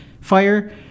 fire